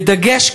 בדגש,